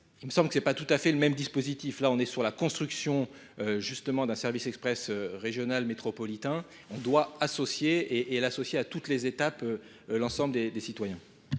Il me semble que ce n'est pas tout à fait le même dispositif L là, on est sur la construction justement d'un service express régional métropolitain on doit associer et l'associer à toutes les étapes l'ensemble des citoyens.